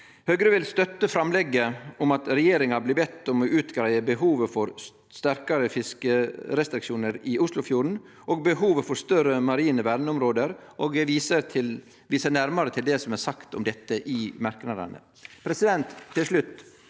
Høgre vil støtte framlegget om at regjeringa blir bedt om å greie ut behovet for sterkare fiskerestriksjonar i Oslofjorden og behovet for større marine verneområde, og viser nærmare til det som er sagt om dette i merknadene. Høgre vil til slutt